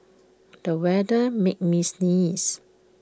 the weather made me sneeze